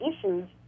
issues